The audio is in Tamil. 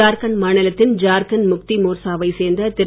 ஜார்கன்ட் மாநிலத்தின் ஜார்கன்ட் முக்தி மோர்சாவை சேர்ந்த திரு